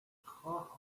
خواه